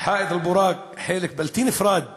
"חיט אל-בוראק" חלק בלתי נפרד מהמסגד.